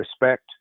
respect